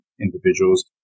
individuals